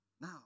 Now